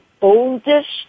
oldest